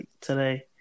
today